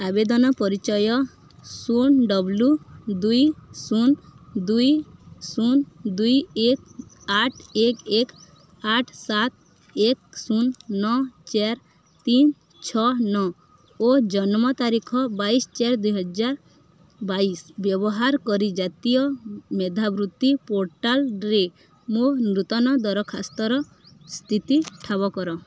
ଆବେଦନ ପରିଚୟ ଶୂନ ଡ଼ବ୍ଲୁ ଦୁଇ ଶୂନ ଦୁଇ ଶୂନ ଦୁଇ ଏକ ଆଠ ଏକ ଏକ ଆଠ ସାତ ଏକ ଶୂନ ନଅ ଚାରି ତିନି ଛଅ ନଅ ଓ ଜନ୍ମ ତାରିଖ ବାଇଶି ଚାରି ଦୁଇ ହଜାର ବାଇଶି ବ୍ୟବହାର କରି ଜାତୀୟ ମେଧାବୃତ୍ତି ପୋର୍ଟାଲ୍ରେ ମୋ ନୂତନ ଦରଖାସ୍ତର ସ୍ଥିତି ଠାବ କର